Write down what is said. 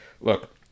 look